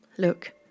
Look